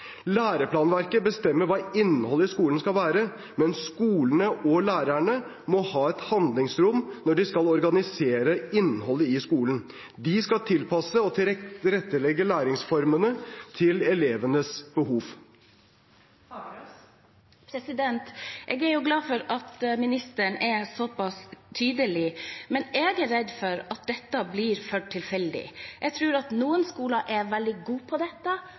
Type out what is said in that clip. Læreplanverket bestemmer hva innholdet i skolen skal være, men skolene og lærerne må ha et handlingsrom når de skal organisere innholdet i skolen. De skal tilpasse og tilrettelegge læringsformene til elevenes behov. Jeg er glad for at ministeren er såpass tydelig, men jeg er redd for at dette blir for tilfeldig. Jeg tror at noen skoler er veldig gode på dette,